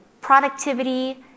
productivity